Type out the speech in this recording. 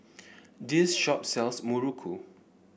this shop sells Muruku